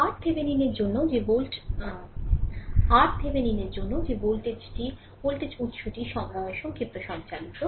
সুতরাং RThevenin এর জন্য যে ভোল্টেজ উত্সটি সংক্ষিপ্ত সঞ্চালিত